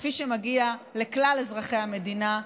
כפי שמגיע לכלל אזרחי המדינה,